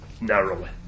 narrowly